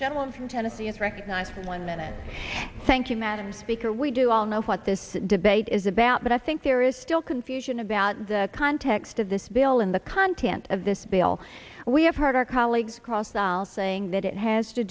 gentleman from tennessee is recognized one minute thank you madam speaker we do all know what this debate is about but i think there is still confusion about the context of this bill and the content of this bill we have heard our colleagues cross else saying that it has to